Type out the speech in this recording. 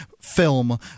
film